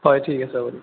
হয় ঠিক আছে হ'ব দিয়ক